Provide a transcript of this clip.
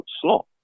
slot